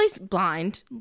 blind